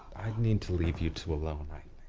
i need to leave you two alone right